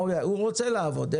הוא רוצה לעבוד.